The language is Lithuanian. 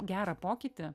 gerą pokytį